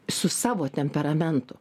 su savo temperamentu